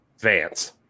Vance